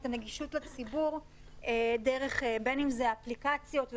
הנגישות לציבור דרך בין אם דרך אפליקציות,